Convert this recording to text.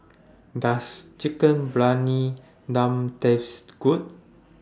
Does Chicken Briyani Dum Taste Good